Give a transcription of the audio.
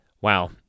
Wow